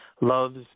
Love's